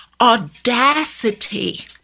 Audacity